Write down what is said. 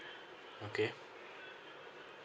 okay